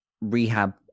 rehab